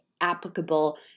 applicable